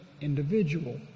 individual